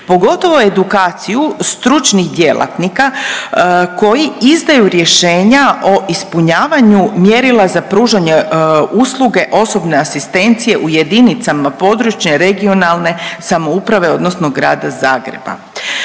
pogotovo edukaciju stručnih djelatnika koji izdaju rješenja o ispunjavanju mjerila za pružanje usluge osobne asistencije u jedinicama područne regionalne samouprave odnosno Grada Zagreba.